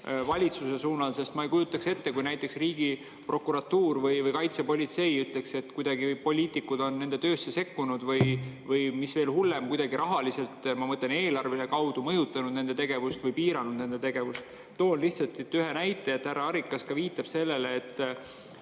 valitsuse suunal, sest ma ei kujuta ette, kui näiteks Riigiprokuratuur või Kaitsepolitsei ütleks, et poliitikud on kuidagi nende töösse sekkunud, või mis veel hullem, kuidagi rahaliselt, ma mõtlen eelarve kaudu, mõjutanud nende tegevust või piiranud nende tegevust. Toon lihtsalt ühe näite. Härra Arikas viitab ka sellele, et